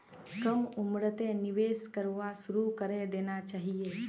कम उम्रतें निवेश करवा शुरू करे देना चहिए